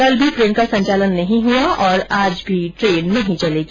कल भी ट्रेन का संचालन नहीं हुआ और आज भी ट्रेन नहीं चलेगी